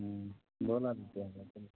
ব'লা তেতিয়াহ'লে ব'লা